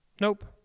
Nope